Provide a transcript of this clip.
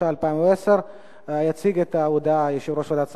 התש"ע 2010. יציג את ההודעה יושב-ראש ועדת הכספים,